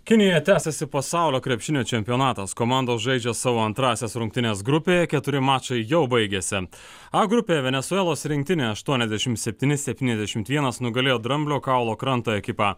kinijoje tęsiasi pasaulio krepšinio čempionatas komandos žaidžia savo antrąsias rungtynes grupėje keturi mačai jau baigėsi a grupėje venesuelos rinktinė aštuoniasdešimt septyni septyniasdešimt vienas nugalėjo dramblio kaulo kranto ekipą